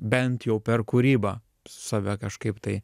bent jau per kūrybą save kažkaip tai